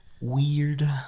weird